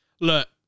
Look